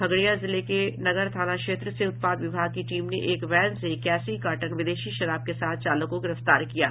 खगड़िया जिले के नगर थाना क्षेत्र से उत्पाद विभाग की टीम ने एक वैन से इक्यासी कार्टन विदेशी शराब के साथ चालक को गिरफ्तार किया है